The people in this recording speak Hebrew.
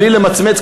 בלי למצמץ,